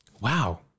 Wow